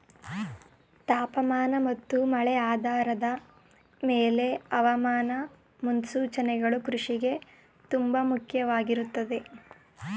ತಾಪಮಾನ ಮತ್ತು ಮಳೆ ಆಧಾರದ್ ಮೇಲೆ ಹವಾಮಾನ ಮುನ್ಸೂಚನೆಗಳು ಕೃಷಿಗೆ ತುಂಬ ಮುಖ್ಯವಾಗಯ್ತೆ